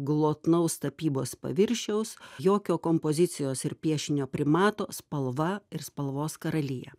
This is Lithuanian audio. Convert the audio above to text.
glotnaus tapybos paviršiaus jokio kompozicijos ir piešinio primato spalva ir spalvos karalija